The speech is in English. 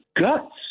guts